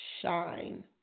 shine